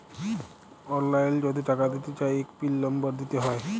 অললাইল যদি টাকা দিতে চায় ইক পিল লম্বর দিতে হ্যয়